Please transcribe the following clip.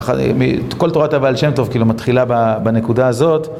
כל תורת הבעל שם טוב מתחילה בנקודה הזאת...